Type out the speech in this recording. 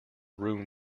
room